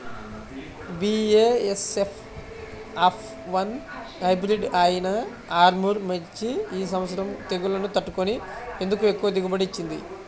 BASF F one hybrid అయినా ఆర్ముర్ మిర్చి ఈ సంవత్సరం తెగుళ్లును తట్టుకొని ఎందుకు ఎక్కువ దిగుబడి ఇచ్చింది?